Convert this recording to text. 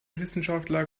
wissenschaftler